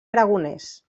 aragonès